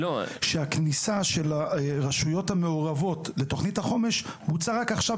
שכניסת הרשויות המעורבות לתוכנית החומש בוצעה רק עכשיו,